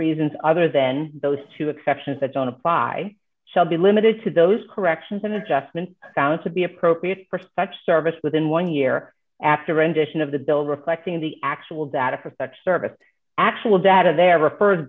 reasons other than those two exceptions that don't apply shall be limited to those corrections and adjustments found to be appropriate for such service within one year after a rendition of the bill reflecting the actual data for such service actual data they're refer